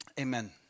amen